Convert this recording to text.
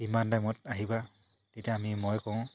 কিমান টাইমত আহিবা তেতিয়া আমি মই কওঁ